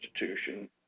institution